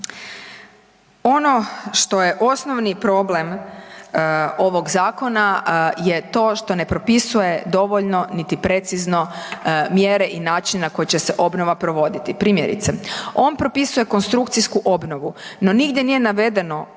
Ono što je osnovni problem ovog zakona je to što ne propisuje dovoljno niti precizno mjere i način na koji će se obnova provoditi. Primjerice, on propisuje konstrukcijsku obnovu, no nigdje nije navedeno koliko